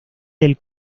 del